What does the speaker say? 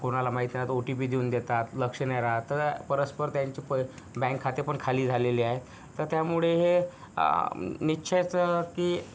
कोणाला माहिती नाही तर ओ टी पी देऊन देतात लक्ष नाही राहत तर परस्पर त्यांचे पै बँक खाते पण खाली झालेले आहे तर त्यामुळे हे निश्चयच की